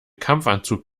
kampfanzug